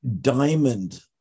diamond